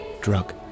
Drug